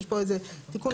יש פה איזה תיקון נוסחי.